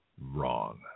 wrong